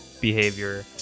behavior